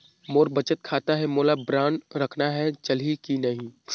मोर बचत खाता है मोला बांड रखना है चलही की नहीं?